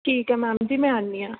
ठीक ऐ मैम जी में आन्नी आं